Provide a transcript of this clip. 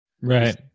Right